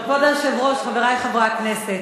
כבוד היושב-ראש, חברי חברי הכנסת,